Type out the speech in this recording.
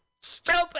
stupid